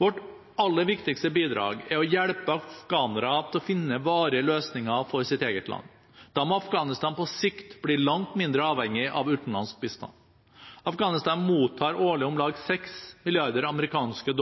Vårt aller viktigste bidrag er å hjelpe afghanerne til å finne varige løsninger for sitt eget land. Da må Afghanistan på sikt bli langt mindre avhengig av utenlandsk bistand. Afghanistan mottar årlig om lag 6 mrd. amerikanske